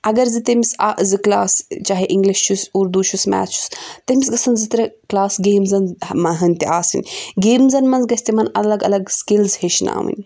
اگر زٕ تٔمِس اَ زٕ کٕلاس چاہے اِنٛگلِش چھُس اردوٗ چھُس میتھ چھُس تٔمِس گژھیٚن زٕ ترٛےٚ کٔلاس گیمزَن ہنٛدۍ تہِ آسٕنۍ گیمزَن منٛز گژھہِ تِمَن الگ الگ سِکلٕز ہیٚچھناوٕنۍ